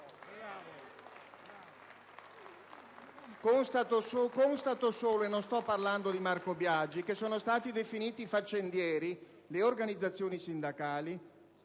Constato solo - e non sto parlando di Marco Biagi - che sono state definite faccendieri le organizzazioni sindacali,